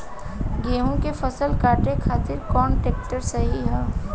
गेहूँ के फसल काटे खातिर कौन ट्रैक्टर सही ह?